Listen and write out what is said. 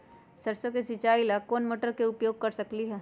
सरसों के सिचाई ला कोंन मोटर के उपयोग कर सकली ह?